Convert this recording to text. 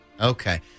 Okay